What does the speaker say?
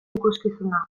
ikuskizuna